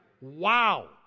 Wow